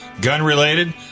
gun-related